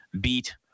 beat